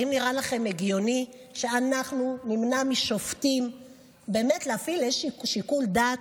האם נראה לכם הגיוני שאנחנו נמנע משופטים באמת להפעיל שיקול דעת?